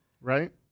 right